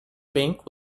bank